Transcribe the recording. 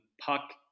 puck